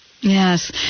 Yes